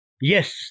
Yes